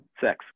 Sex